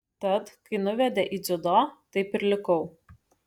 tad kai nuvedė į dziudo taip ir likau